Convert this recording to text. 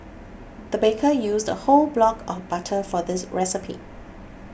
the baker used a whole block of butter for this recipe